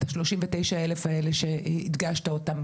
את 39,000 האלה שהדגשת אותם.